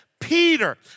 Peter